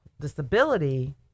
disability